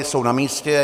Jsou namístě.